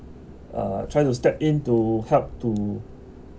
uh try to step in to help to